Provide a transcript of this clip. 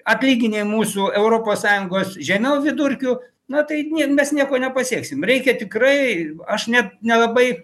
atlyginiai musų europos sąjungos žemiau vidurkių na tai nie mes nieko nepasieksim reikia tikrai aš net nelabai